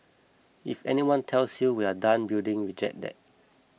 if anyone tells you we're done building reject that